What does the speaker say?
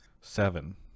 seven